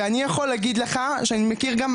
ואני יכול להגיד לך שאני מכיר גם,